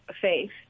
faith